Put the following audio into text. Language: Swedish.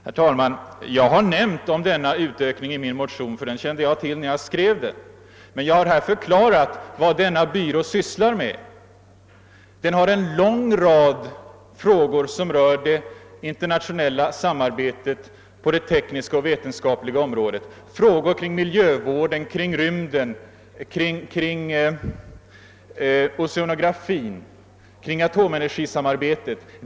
Herr talman! Jag har nämnt denna utökning i min motion, ty jag kände till den när jag skrev motionen, men jag har här förklarat vad denna byrå sysslar med. Den har hand om en lång rad frågor som rör det internationella samarbetet på det tekniska och vetenskapliga området, frågor kring miljövården, kring rymden, kring oceanografin, kring atomenergisamarbetet.